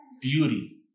beauty